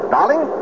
Darling